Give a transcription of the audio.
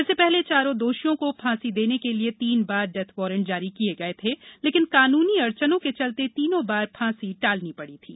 इससे पहले चारों दोषियों को फांसी देने के लिए तीन बार डेथ वारंट जारी किए गए थे लेकिन कानूनी अड़चनों के चलते तीनों बार फांसी टालनी पड़ी थी